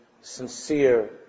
sincere